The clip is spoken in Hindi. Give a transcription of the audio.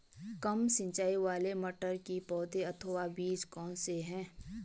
कम सिंचाई वाले टमाटर की पौध अथवा बीज कौन से हैं?